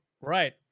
Right